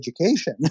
education